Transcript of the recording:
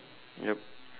yup